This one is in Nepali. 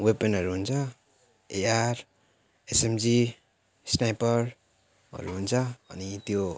वेपनहरू हुन्छ एआर एसएमजी स्नाइपरहरू हुन्छ अनि त्यो